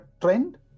trend